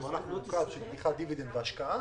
זה מהלך מורכב של פתיחת דיבידנד בהשקעה,